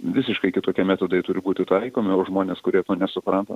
visiškai kitokie metodai turi būti taikomi o žmonės kurie to nesupranta